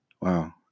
wow